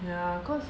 ya cause